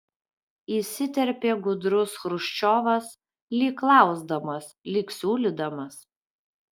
įsiterpė gudrus chruščiovas lyg klausdamas lyg siūlydamas